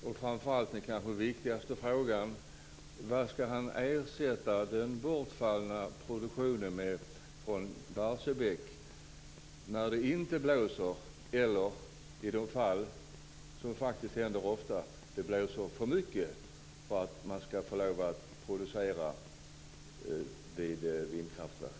Den viktigaste frågan är kanske: Vad ska han ersätta den bortfallna produktionen från Barsebäck med när det inte blåser eller i de fall - det händer faktiskt ofta - det blåser för mycket för att man ska kunna producera el med vindkraftverk?